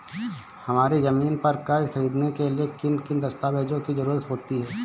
हमारी ज़मीन पर कर्ज ख़रीदने के लिए किन किन दस्तावेजों की जरूरत होती है?